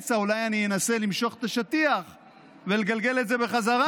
באמצע אולי אני אנסה למשוך את השטיח ולגלגל את זה בחזרה,